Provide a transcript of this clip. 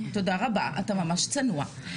תודה רבה, אתה ממש צנוע.